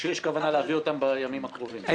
יש כוונה להביא אותן בימים הקרובים,